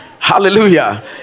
Hallelujah